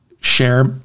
share